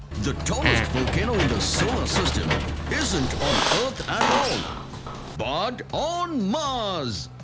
the tallest volcano in the solar system isn't on earth at all but on mars.